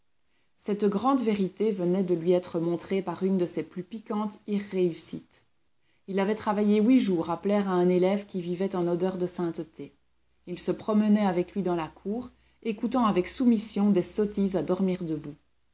cette grande vérité venait de lui être montrée par une de ses plus piquantes irréussites il avait travaillé huit jours à plaire à un élève qui vivait en odeur de sainteté il se promenait avec lui dans la cour écoutant avec soumission des sottises à dormir debout